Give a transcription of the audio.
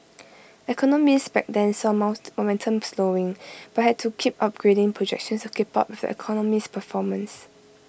economists back then saw momentum slowing but had to keep upgrading projections to keep up with the economy's performance